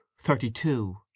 thirty-two